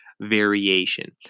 variation